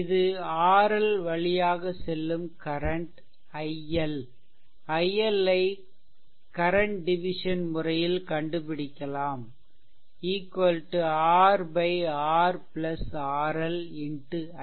இது RL ல் வழியாக செல்லும் கரன்ட் iL ஐ கரன்ட் டிவிசன் முறையில் கண்டுபிடிக்கலாம் R RRL x i